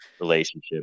relationship